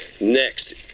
Next